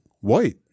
white